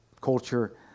Culture